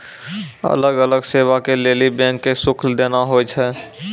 अलग अलग सेवा के लेली बैंक के शुल्क देना होय छै